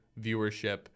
viewership